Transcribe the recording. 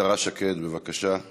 השרת שקד, בבקשה,